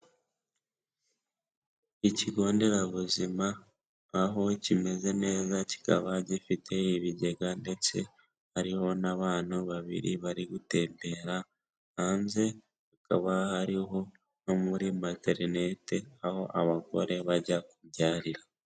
Ikigo nderabuzima, aho kimeze neza, kikaba gifite ibigega ndetse hariho n'abantu babiri bari gutembera hanze, hakaba hariho no muri materinete aho abagore bajya kubyarira.